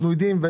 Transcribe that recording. ואנחנו יודעים,